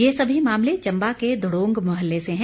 ये सभी मामले चंबा के धडोग मोहल्ले से है